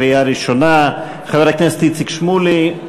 קריאה ראשונה: חבר הכנסת איציק שמולי,